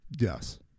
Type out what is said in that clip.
Yes